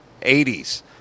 80s